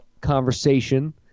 conversation